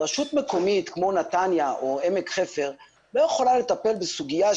רשות מקומית כמו נתניה או עמק חפר לא יכולה לטפל בסוגיה.